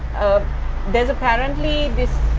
um there's apparently this,